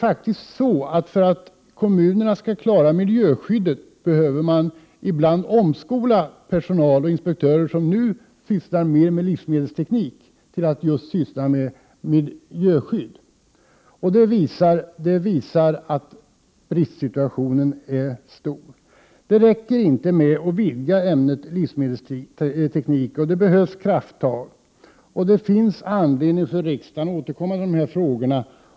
För att kommunerna skall klara miljöskyddet behöver man ibland omskola personal och inspektörer som nu sysslar med livsmedelsteknik till att syssla med miljöskydd. Det visar att bristsituationen är stor. Det räcker inte med att vidga ämnet livsmedelsteknik. Det behövs krafttag, och det finns anledning för riksdagen att återkomma till dessa frågor.